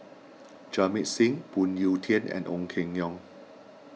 Jamit Singh Phoon Yew Tien and Ong Keng Yong